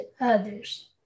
others